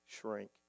shrink